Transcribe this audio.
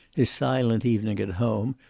his silent evening at home,